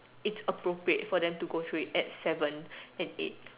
it's appropriate for them to go through it at seven and eight